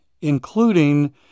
including